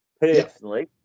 personally